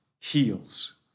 heals